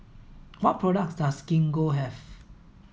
what products does Gingko have